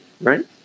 right